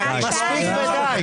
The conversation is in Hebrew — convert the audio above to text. --- מספיק ודי.